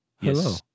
Hello